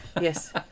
yes